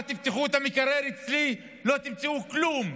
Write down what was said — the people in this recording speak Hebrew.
אמר: תפתחו את המקרר אצלי, לא תמצאו כלום,